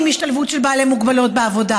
השתלבות של בעלי מוגבלויות בעבודה,